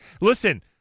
Listen